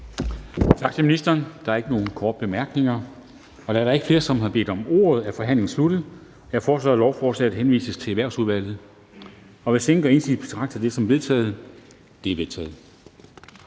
Tak til ministeren. Der er ikke nogen korte bemærkninger. Da der ikke er flere, som har bedt om ordet, er forhandlingen sluttet. Jeg foreslår, at lovforslaget henvises til Erhvervsudvalget. Hvis ingen gør indsigelse, betragter jeg det som vedtaget. Det er vedtaget.